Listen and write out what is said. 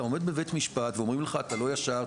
אתה עומד בבתי משפט ואומרים לך "אתה לא ישר",